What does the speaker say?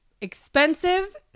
expensive